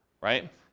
right